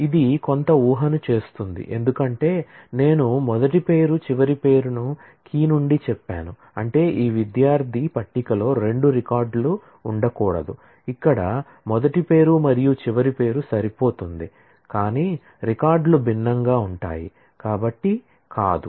ఇది కొంత వూహను చేస్తుంది ఎందుకంటే నేను మొదటి పేరు చివరి పేరును కీ నుండి చెప్పాను అంటే ఈ విద్యార్థి పట్టికలో రెండు రికార్డులు ఉండకూడదు ఇక్కడ మొదటి పేరు మరియు చివరి పేరు సరిపోతుంది కానీ రికార్డులు భిన్నంగా ఉంటాయి కాబట్టి కాదు